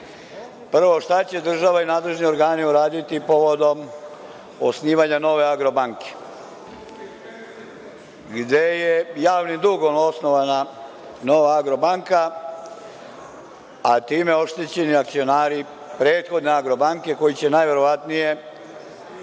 šta će država i nadležni organi uraditi povodom osnivanja nove „Agrobanke“ gde je javnim dugom osnovana nova „Agrobanka“, a time oštećeni akcionari prethodne „Agrobanke“ koji će najverovatnije